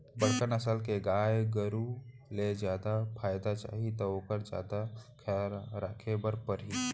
बड़का नसल के गाय गरू ले जादा फायदा चाही त ओकर जादा खयाल राखे बर परही